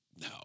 no